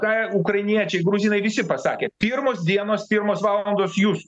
ką ukrainiečiai gruzinai visi pasakė pirmos dienos pirmos valandos jūs